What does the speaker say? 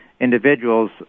individuals